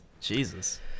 Jesus